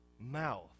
mouth